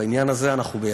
בעניין הזה אנחנו יחד.